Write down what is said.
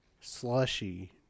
slushy